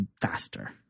faster